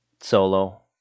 Solo